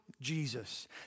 Jesus